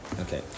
Okay